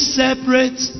separate